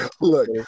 Look